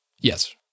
Yes